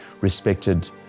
respected